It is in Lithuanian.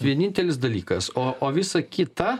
vienintelis dalykas o o visa kita